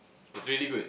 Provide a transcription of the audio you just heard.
was really good